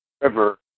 River